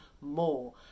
more